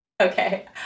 Okay